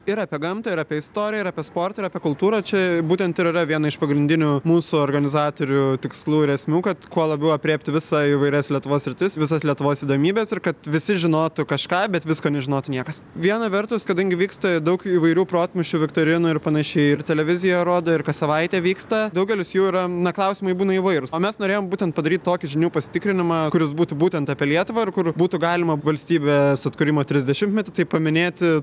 ir apie gamtą ir apie istoriją ir apie sportą ir apie kultūrą čia būtent ir yra viena iš pagrindinių mūsų organizatorių tikslų ir esmių kad kuo labiau aprėpti visą įvairias lietuvos sritis visas lietuvos įdomybes ir kad visi žinotų kažką bet viską nežinotų niekas viena vertus kadangi vyksta daug įvairių protmūšių viktorinų ir panašiai ir televizija rodo ir kas savaitę vyksta daugelis jų yra na klausimai būna įvairūs o mes norėjome būtent padaryti tokį žinių pasitikrinimą kuris būtų būtent apie lietuvą ar kur būtų galima valstybės atkūrimo trisdešimtmetį paminėti